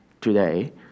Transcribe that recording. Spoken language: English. today